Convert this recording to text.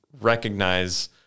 recognize